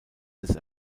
des